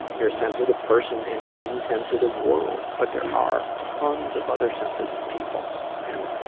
you're a sensitive person in an insensitive world, but there are tons of other sensitive people and